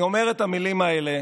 אני אומר את המילים האלו